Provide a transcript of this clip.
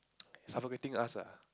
suffocating us ah